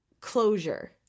closure